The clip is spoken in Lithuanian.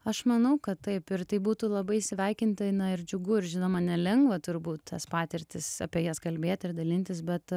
aš manau kad taip ir tai būtų labai sveikintina ir džiugu ir žinoma nelengva turbūt tas patirtis apie jas kalbėti ir dalintis bet